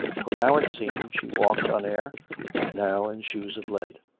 for now, it seemed, she walked on air now in shoes of lead.